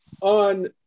on